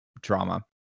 drama